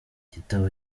igitabo